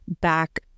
back